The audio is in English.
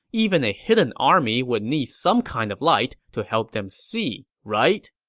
even a hidden army would need some kind of light to help them see, right?